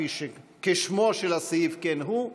כשמו של הסעיף כן הוא.